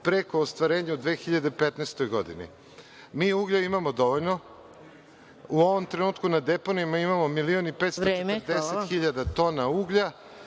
preko ostvarenja u 2015. godini. Mi uglja imamo dovoljno. U ovom trenutku na deponijama imamo milion i 550.000 tona uglja.